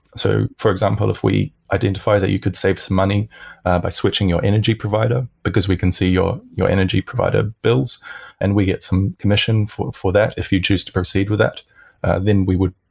so, for example, if we identify that you could save some money by switching your energy provider, because we can see your your energy provider bills and we get some commission for for that if you choose to proceed with that then we would,